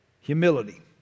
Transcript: humility